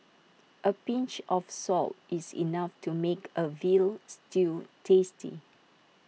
A pinch of salt is enough to make A Veal Stew tasty